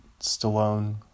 Stallone